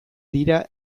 dira